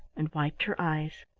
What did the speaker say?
and wiped her eyes.